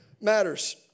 matters